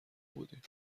بودیم